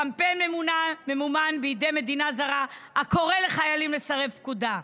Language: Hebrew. קמפיין ממומן בידי מדינה זרה הקורא לחיילים לסרב פקודה?